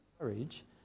courage